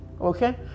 Okay